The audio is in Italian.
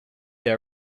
the